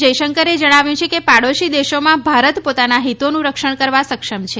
જયશંકરે જણાવ્યું છે કે પાડોશી દેશોમાં ભારત પોતાના હિતોનું રક્ષણ કરવા સક્ષમ છે